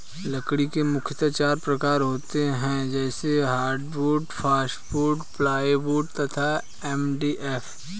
लकड़ी के मुख्यतः चार प्रकार होते हैं जैसे हार्डवुड, सॉफ्टवुड, प्लाईवुड तथा एम.डी.एफ